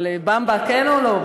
אבל "במבה" כן או לא?